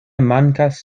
mankas